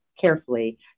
carefully